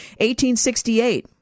1868